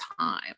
time